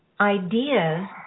ideas